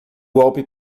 golpe